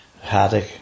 haddock